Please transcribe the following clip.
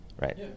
Right